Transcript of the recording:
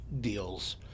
deals